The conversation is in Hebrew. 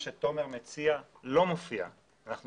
לא מופיע מה שמציע תומר מוסקוביץ'.